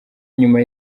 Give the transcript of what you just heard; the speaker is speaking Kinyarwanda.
nyuma